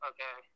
Okay